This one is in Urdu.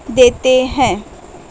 دیتے ہیں